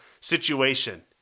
situation